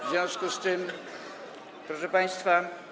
W związku z tym, proszę państwa.